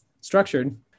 structured